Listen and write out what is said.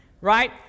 right